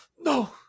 No